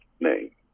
name